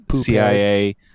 cia